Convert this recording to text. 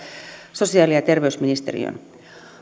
sosiaali ja terveysministeriöön